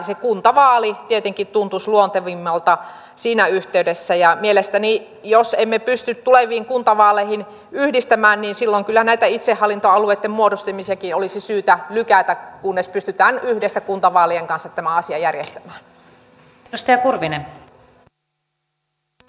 se kuntavaali tietenkin tuntuisi luontevimmalta siinä yhteydessä ja mielestäni jos emme pysty tuleviin kuntavaaleihin yhdistämään niin silloin kyllä näitä itsehallintoalueitten muodostamisiakin olisi syytä lykätä kunnes pystytään yhdessä kuntavaalien kanssa tämä asia järjestämään